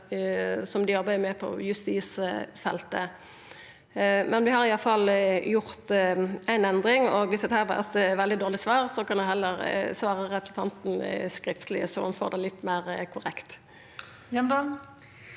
noko dei arbeider med på justisfeltet. Vi har iallfall gjort éi endring, og om dette var eit veldig dårleg svar, kan eg heller svara representanten skriftleg, så ho får det litt meir korrekt.